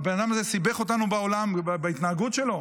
והבן אדם הזה סיבך אותנו בעולם בהתנהגות שלו.